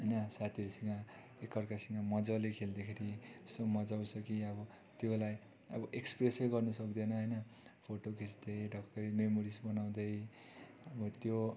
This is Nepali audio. होइन साथीहरूसँग एकअर्कासँग मजाले खेल्दाखेरि यस्तो मजा आउँछ कि अब त्यसलाई अब एक्सप्रेसै गर्नुसकिँदैन होइन फोटो खिच्दै ढक्कै मेमोरिस बनाउँदै अब त्यो